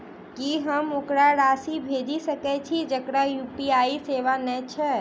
की हम ओकरा राशि भेजि सकै छी जकरा यु.पी.आई सेवा नै छै?